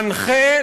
מנחה,